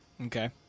Okay